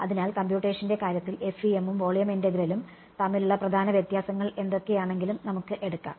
അതിനാൽ കംപ്യൂട്ടേഷന്റെ കാര്യത്തിൽ FEM ഉം വോളിയം ഇന്റെഗ്രേലും തമ്മിലുള്ള പ്രധാന വ്യത്യാസങ്ങൾ എന്തൊക്കെയാണെങ്കിലും നമുക്ക് എടുക്കാം